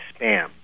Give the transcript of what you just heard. spam